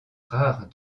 rare